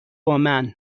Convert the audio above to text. بامن